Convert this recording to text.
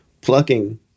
plucking